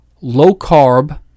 low-carb